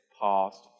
past